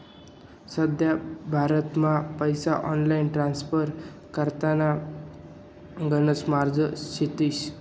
सध्या भारतमा पैसा ऑनलाईन ट्रान्स्फर कराना गणकच मार्गे शेतस